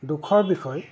দুখৰ বিষয়